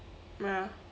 ya